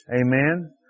Amen